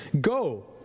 Go